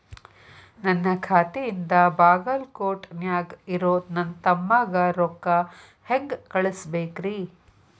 ನನ್ನ ಖಾತೆಯಿಂದ ಬಾಗಲ್ಕೋಟ್ ನ್ಯಾಗ್ ಇರೋ ನನ್ನ ತಮ್ಮಗ ರೊಕ್ಕ ಹೆಂಗ್ ಕಳಸಬೇಕ್ರಿ?